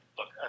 Look